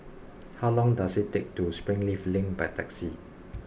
how long does it take to get to Springleaf Link by taxi